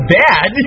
bad